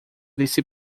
vice